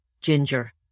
ginger